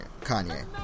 Kanye